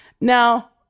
Now